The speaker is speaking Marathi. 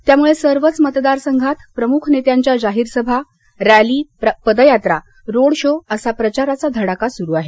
त्यामुळे सर्वच मतदार संघात प्रमुख नेत्यांच्या जाहीर सभा रॅली पदयात्रा रोड शो असा प्रचाराचा धडाका सुरू आहे